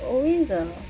always a